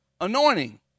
Anointing